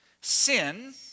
Sin